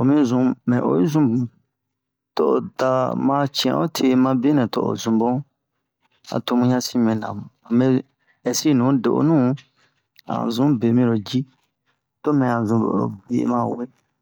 omi zun mu oyi zun mu to o dama ci'in ote ma benɛ to o zun bun amu ya sin mɛna a mɛn ɛsi nu do'onu a'o zun biyɛ miro ji to mɛ yan zun oro biye un ma we